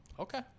Okay